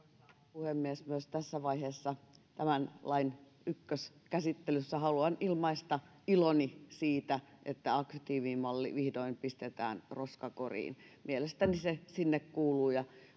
puhemies myös tässä vaiheessa tämän lain ykköskäsittelyssä haluan ilmaista iloni siitä että aktiivimalli vihdoin pistetään roskakoriin mielestäni se sinne kuuluu ja